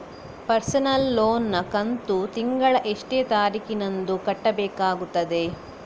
Personal loan ನ ಕಂತು ತಿಂಗಳ ಎಷ್ಟೇ ತಾರೀಕಿನಂದು ಕಟ್ಟಬೇಕಾಗುತ್ತದೆ?